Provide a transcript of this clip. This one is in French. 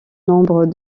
nombre